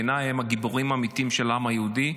בעיניי הם הגיבורים האמיתיים של העם היהודי,